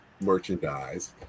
merchandise